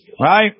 Right